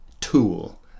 tool